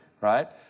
right